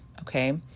okay